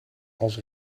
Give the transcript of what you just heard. als